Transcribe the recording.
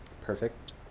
Perfect